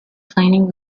planning